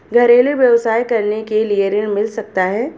घरेलू व्यवसाय करने के लिए ऋण मिल सकता है?